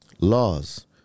laws